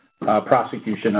prosecution